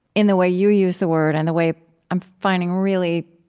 in the way you use the word and the way i'm finding really,